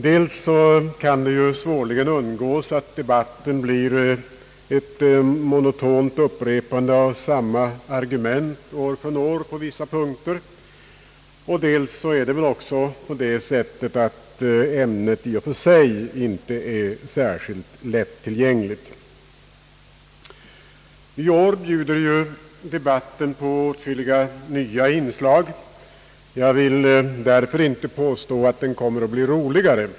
Dels kan det ju svår ligen undvikas att debatten på vissa punkter blir ett monotont upprepande av samma argument år från år, dels är väl ämnet i och för sig inte särskilt lättillgängligt. I år bjuder ju debatten på åtskilliga nya inslag. Jag vill därför inte påstå att den kommer att bli roligare.